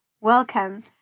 Welcome